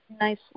nice